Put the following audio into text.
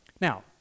Now